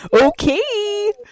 Okay